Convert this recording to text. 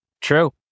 true